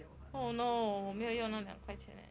oh no 我没有用那个两块钱 leh